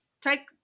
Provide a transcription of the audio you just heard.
take